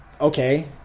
okay